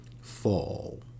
fall